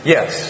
Yes